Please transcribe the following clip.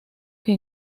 que